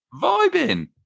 Vibing